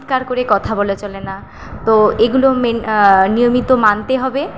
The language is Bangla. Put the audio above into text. চিৎকার করে কথা বলা চলে না তো এগুলো নিয়মিত মানতে হবে